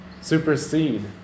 Supersede